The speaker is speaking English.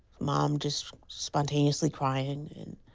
mom just spontaneously crying, and.